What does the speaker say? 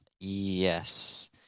Yes